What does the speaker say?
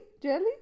jelly